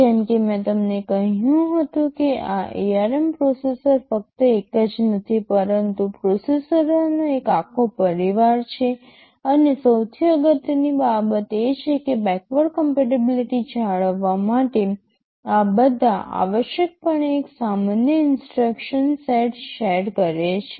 જેમ કે મેં તમને કહ્યું હતું કે આ ARM પ્રોસેસર ફક્ત એક જ નથી પરંતુ પ્રોસેસરોનો એક આખો પરિવાર છે અને સૌથી અગત્યની બાબત એ છે કે બેકવર્ડ કમ્પેટીબીલીટી જાળવવા માટે આ બધા આવશ્યકપણે એક સામાન્ય ઇન્સટ્રક્શન સેટ શેર કરે છે